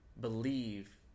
believe